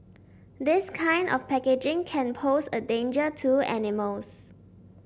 this kind of packaging can pose a danger to animals